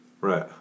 right